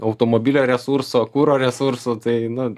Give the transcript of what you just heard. automobilio resurso kuro resursų tai nu